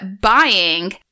buying